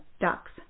duck's